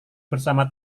bersama